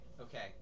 okay